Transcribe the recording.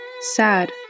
sad